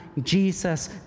JESUS